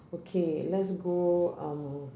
okay let's go um